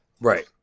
Right